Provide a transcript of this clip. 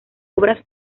obras